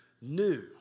new